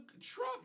truck